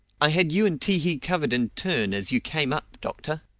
i had you and ti-hi covered in turn as you came up, doctor.